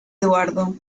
eduardo